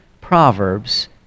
Proverbs